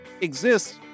exists